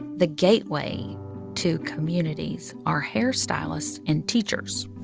the gateway to communities are hairstylists and teachers.